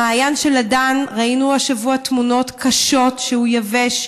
המעיין של הדן, ראינו השבוע תמונות קשות שהוא יבש,